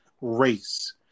race